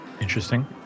Interesting